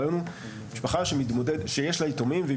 הרעיון הוא משפחה שיש לה יתומים והיא